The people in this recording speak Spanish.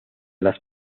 las